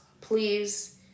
Please